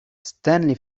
stanley